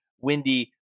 windy